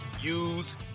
use